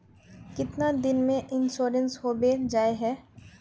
कीतना दिन में इंश्योरेंस होबे जाए है?